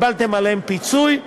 קיבלתם עליהן פיצוי,